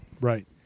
Right